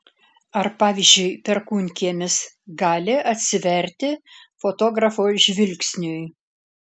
ar pavyzdžiui perkūnkiemis gali atsiverti fotografo žvilgsniui